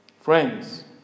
Friends